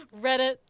Reddit